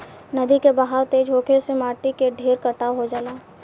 नदी के बहाव तेज होखे से माटी के ढेर कटाव हो जाला